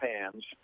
hands